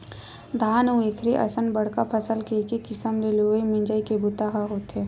धान अउ एखरे असन बड़का फसल के एके किसम ले लुवई मिजई के बूता ह होथे